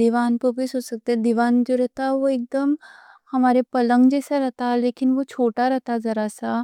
دیوان پر بھی سو سکتے، دیوان جو رہتا وہ ایکدم ہمارے پلنگ جیسا رہتا، لیکن وہ چھوٹا رہتا ذرا سا۔